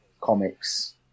comics